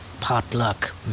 potluck